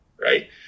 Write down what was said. right